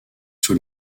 sur